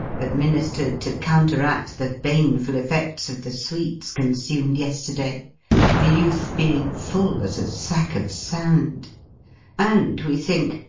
administered to counteract the baneful effects of the sweets consumed yesterday the youth being full as a sack of sand and, we think,